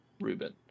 ruben